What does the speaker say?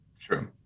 True